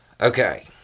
Okay